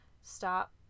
stop